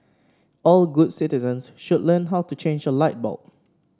all good citizens should learn how to change a light bulb